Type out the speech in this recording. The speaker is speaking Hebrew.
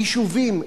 יישובים,